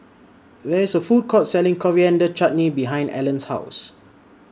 There IS A Food Court Selling Coriander Chutney behind Allan's House